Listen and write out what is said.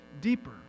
deeper